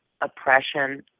oppression